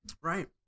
Right